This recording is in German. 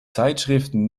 zeitschriften